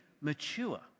mature